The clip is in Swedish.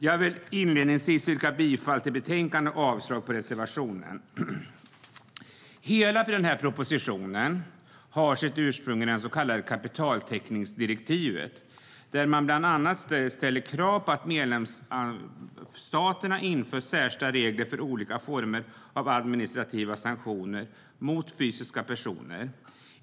Jag vill inledningsvis yrka bifall till förslaget i betänkandet och avslag på reservationen. Hela denna proposition har sitt ursprung i det så kallade kapitaltäckningsdirektivet, där man bland annat ställer krav på att medlemsstaterna inför särskilda regler för olika former av administrativa sanktioner mot fysiska personer.